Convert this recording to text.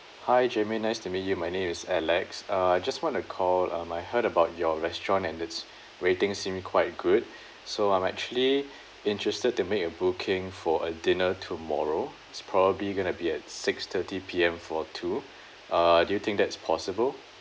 hi germaine nice to meet you my name is alex uh I just want to call uh I heard about your restaurant and its ratings seem quite good so I'm actually interested to make a booking for a dinner tomorrow it's probably gonna be at six thirty P_M for two uh do you think that's possible